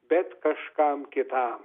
bet kažkam kitam